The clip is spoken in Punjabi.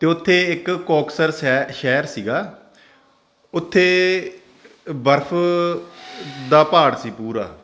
ਅਤੇ ਉੱਥੇ ਇੱਕ ਕੋਕਸਰ ਸ਼ੈ ਸ਼ਹਿਰ ਸੀਗਾ ਉੱਥੇ ਬਰਫ ਦਾ ਪਹਾੜ ਸੀ ਪੂਰਾ